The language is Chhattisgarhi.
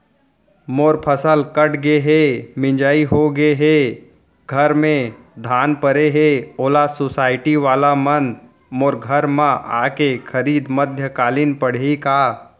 मोर फसल कट गे हे, मिंजाई हो गे हे, घर में धान परे हे, ओला सुसायटी वाला मन मोर घर म आके खरीद मध्यकालीन पड़ही का?